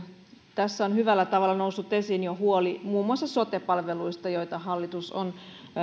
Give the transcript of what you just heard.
jo hyvällä tavalla noussut esiin huoli muun muassa sote palveluista joita hallitus on